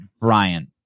Brian